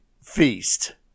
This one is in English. feast